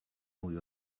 mwy